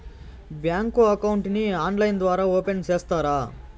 Bank account ని online ద్వారా open సేస్తారా?